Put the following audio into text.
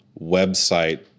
website